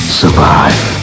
survive